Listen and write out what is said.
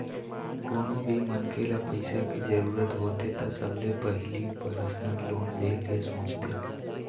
कोनो भी मनखे ल पइसा के जरूरत होथे त सबले पहिली परसनल लोन ले के सोचथे